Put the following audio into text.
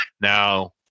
Now